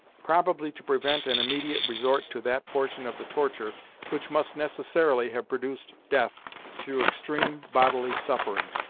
probably to prevent an immediate resort to that portion of the torture which must necessarily have produced death through extreme bodily suffering,